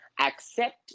accept